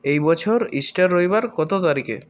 এই বছর ইস্টার রবিবার কত তারিখে